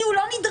כי הוא לא נדרש.